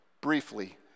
briefly